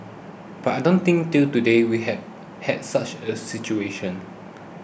but I don't think till today we have had such a situation